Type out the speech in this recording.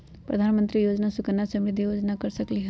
प्रधानमंत्री योजना सुकन्या समृद्धि योजना कर सकलीहल?